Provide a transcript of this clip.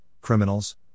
criminals